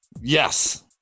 yes